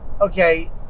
Okay